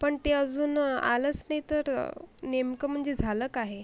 पण ते अजून आलंच नाही तर नेमकं म्हणजे झालं काय आहे